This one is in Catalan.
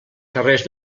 carrers